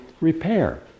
repair